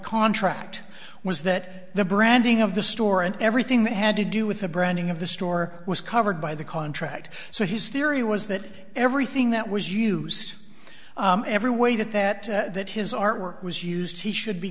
contract was that the branding of the store and everything that had to do with the branding of the store was covered by the contract so his theory was that everything that was used in every way that that that his artwork was used he should be